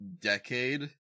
decade